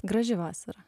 graži vasara